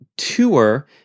tour